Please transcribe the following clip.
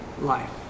life